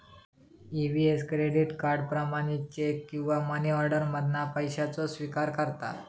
EVS credit card, प्रमाणित cheque किंवा money order मधना पैशाचो स्विकार करता